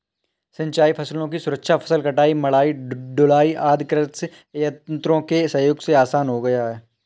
सिंचाई फसलों की सुरक्षा, फसल कटाई, मढ़ाई, ढुलाई आदि कार्य कृषि यन्त्रों के सहयोग से आसान हो गया है